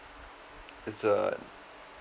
it's uh